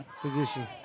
position